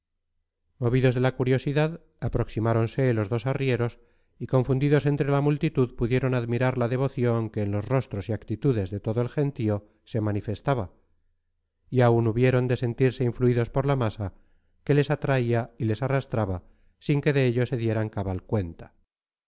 cleriguicio movidos de la curiosidad aproximáronse los dos arrieros y confundidos entre la multitud pudieron admirar la devoción que en los rostros y actitudes de todo el gentío se manifestaba y aun hubieron de sentirse influidos por la masa que les atraía y les arrastraba sin que de ello se dieran cabal cuenta